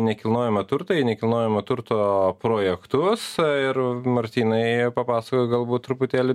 nekilnojamo turto į nekilnojamo turto projektus ir martynai papasakoju galbūt truputėlį